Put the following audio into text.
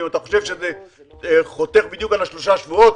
ואם אתה חושב שזה חותך בדיוק על שלושה שבועות,